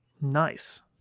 Nice